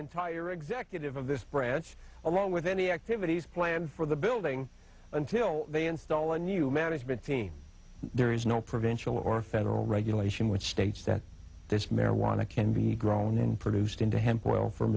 entire executive of this branch along with any activities planned for the building until they install a new management team there is no provincial or federal regulation which states that this marijuana can be grown and produced into hemp oil from